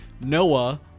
Noah